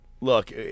Look